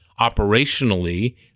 operationally